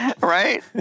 Right